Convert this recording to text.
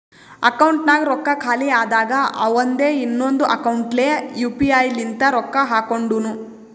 ಅಕೌಂಟ್ನಾಗ್ ರೊಕ್ಕಾ ಖಾಲಿ ಆದಾಗ ಅವಂದೆ ಇನ್ನೊಂದು ಅಕೌಂಟ್ಲೆ ಯು ಪಿ ಐ ಲಿಂತ ರೊಕ್ಕಾ ಹಾಕೊಂಡುನು